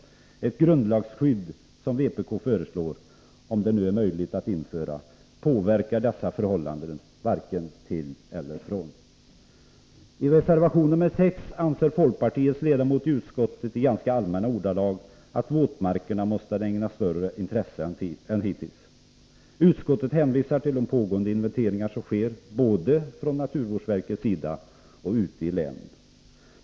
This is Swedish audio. Ett grundlagsskydd, som vpk föreslår — om det nu är möjligt att införa — påverkar inte dessa förhållanden i någon riktning. I reservation 6 anför folkpartiets ledamot i utskottet, i ganska allmänna ordalag, att våtmarkerna måste ägnas större intresse än hittills. Utskottet hänvisar till de inventeringar som pågår både i naturvårdsverkets regi och i länen.